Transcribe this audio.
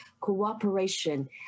cooperation